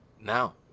now